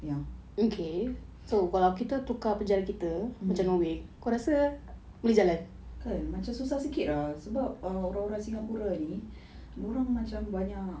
ya mm kan macam susah sikit ah sebab orang singapura ni dorang macam banyak